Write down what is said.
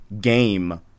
game